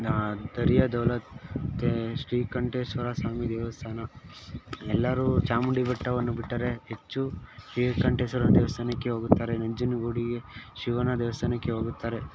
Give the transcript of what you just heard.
ನಾ ದರಿಯ ದೌಲತ್ ಮತ್ತೆ ಶ್ರೀಕಂಠೇಶ್ವರ ಸ್ವಾಮಿ ದೇವಸ್ಥಾನ ಎಲ್ಲರೂ ಚಾಮುಂಡಿ ಬೆಟ್ಟವನ್ನು ಬಿಟ್ಟರೆ ಹೆಚ್ಚು ಶ್ರೀಕಂಠೇಶ್ವರ ದೇವಸ್ಥಾನಕ್ಕೆ ಹೋಗುತ್ತಾರೆ ನಂಜನಗೂಡಿಗೆ ಶಿವನ ದೇವಸ್ಥಾನಕ್ಕೆ ಹೋಗುತ್ತಾರೆ